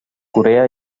corea